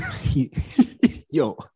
Yo